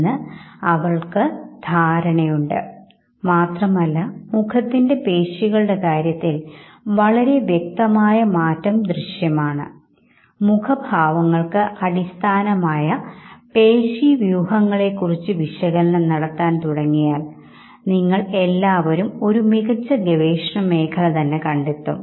എന്നാൽ ഒറ്റയ്ക്ക് സിനിമ കാണുന്ന അവസ്ഥയിൽ അത്തരം സാംസ്കാരിക ഘടകങ്ങൾ വലിയ സ്വാധീനം ഒന്നും വൈകാരിക ഭാവപ്രകടനങ്ങളിൽ സൃഷ്ടിക്കുന്നില്ല ഇവിടെ വളരെ രസകരമായ ഒരു വ്യതിയാനം നിങ്ങൾക്ക് കാണാം സാമൂഹികമായ സുസാധ്യത എന്ന് നമുക്കതിനെ വിളിക്കാം